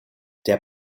der